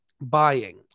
buying